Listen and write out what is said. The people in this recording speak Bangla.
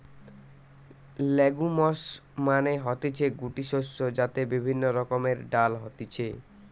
লেগুমস মানে হতিছে গুটি শস্য যাতে বিভিন্ন রকমের ডাল হতিছে